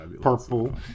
purple